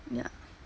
ya